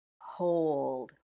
hold